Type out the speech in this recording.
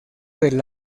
del